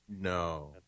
No